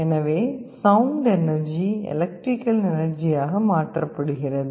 எனவே sound energy electrical எனர்ஜியாக மாற்றப்படுகிறது